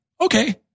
okay